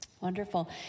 Wonderful